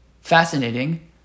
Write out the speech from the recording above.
Fascinating